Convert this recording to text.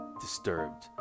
disturbed